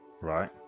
Right